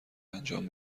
انجام